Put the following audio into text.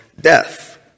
death